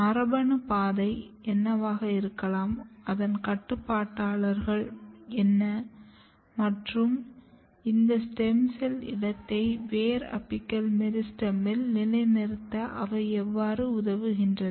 மரபணு பாதை என்னவாக இருக்கலாம் அதன் கட்டுப்பாட்டாளர்கள் என்ன மற்றும் இந்த ஸ்டெம் செல் இடத்தை வேர் அப்பிக்கல் மெரிஸ்டெமில் நிலைநிறுத்த அவை எவ்வாறு உதவுகின்றன